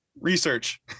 research